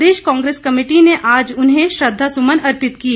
प्रदेश Congress committee ने आज उन्हें श्रद्वासुमन अर्पित किए